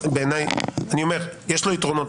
אני אומר שיש לו יתרונות,